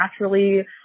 naturally